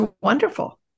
wonderful